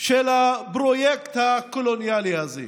של הפרויקט הקולוניאלי הזה.